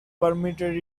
permitted